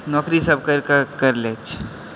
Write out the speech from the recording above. नौकरीसब करिके करि लै अछि